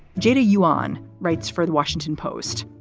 jada yuan writes for the washington post.